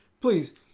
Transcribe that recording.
please